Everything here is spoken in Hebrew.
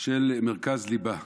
של מרכז ליב"ה